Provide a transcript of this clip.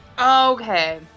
Okay